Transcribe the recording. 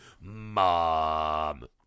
Mom